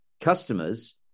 customers